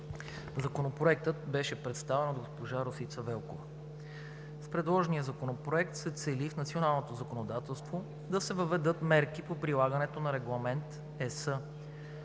Законопроектът беше представен от госпожа Росица Велкова. С предложения законопроект се цели в националното законодателство да се въведат мерки по прилагането на Регламент (ЕС)